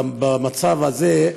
במצב הזה,